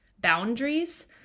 boundaries